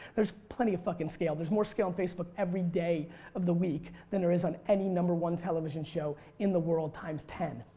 there's plenty of fucking scale. there's more scale on facebook every day of the week than there is on any number one television show in the world times ten.